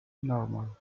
normal